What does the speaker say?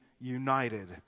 united